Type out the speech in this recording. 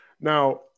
now